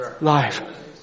life